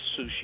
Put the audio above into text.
sushi